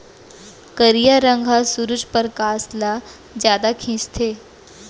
करिया रंग ह सुरूज परकास ल जादा खिंचथे